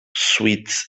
sweet